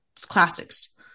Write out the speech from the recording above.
classics